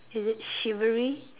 is it chivalry